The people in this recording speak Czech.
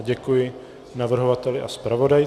Děkuji navrhovateli a zpravodajce.